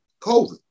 COVID